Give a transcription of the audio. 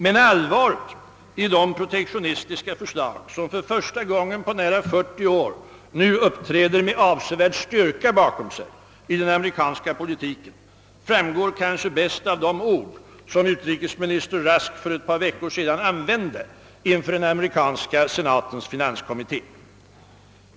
Men allvaret i de protektionistiska förslag, som för första gången på nära 40 år nu uppträder med avsevärd styrka bakom sig i den amerikanska politiken, framgår kanske bäst av de ord som utrikesminister Rusk för ett par veckor sedan använde inför den amerikanska senatens finanskommitté.